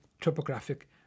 topographic